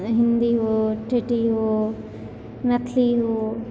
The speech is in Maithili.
हिन्दी हो ठेठी हो मैथिली हो